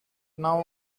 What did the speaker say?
now